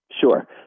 Sure